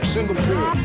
Singapore